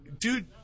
Dude